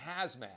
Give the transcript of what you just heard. hazmat